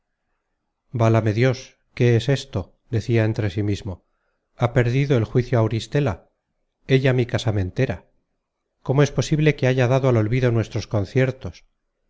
válame dios qué es esto decia entre sí mismo ha perdido el juicio auristela ella mi casamentera cómo es posible que haya dado al olvido nuestros conciertos